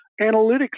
Analytics